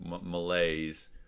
Malays